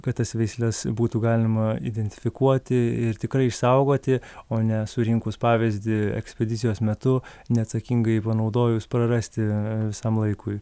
kad tas veisles būtų galima identifikuoti ir tikrai išsaugoti o ne surinkus pavyzdį ekspedicijos metu neatsakingai panaudojus prarasti visam laikui